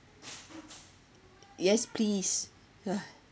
yes please !huh!